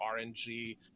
rng